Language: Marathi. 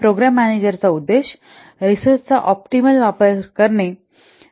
प्रोग्राम मॅनेजरचा उद्देश रिसोर्सस चा ऑप्टिमल वापर करणे आहे